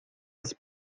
las